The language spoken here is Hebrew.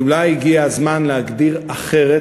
אולי הגיע הזמן להגדיר אחרת,